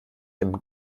dimmen